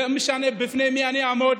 לא משנה בפני מי אני אעמוד,